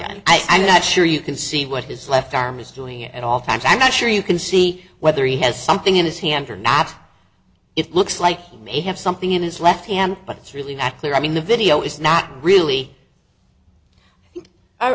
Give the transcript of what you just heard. and i'm not sure you can see what his left arm is doing at all times i'm not sure you can see whether he has something in his hand or not it looks like he may have something in his left hand but it's really not clear i mean the video is not really